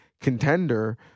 contender